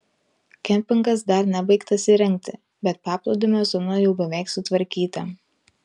kempingas dar nebaigtas įrengti bet paplūdimio zona jau beveik sutvarkyta